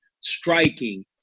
striking